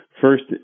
first